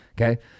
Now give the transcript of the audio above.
Okay